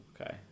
Okay